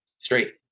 straight